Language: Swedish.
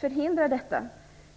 förhindra detta.